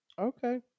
Okay